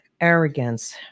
arrogance